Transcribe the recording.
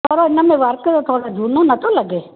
थोरो हिन में वर्क थोरो झूनो नथो लॻे